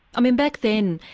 i mean back then,